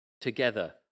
together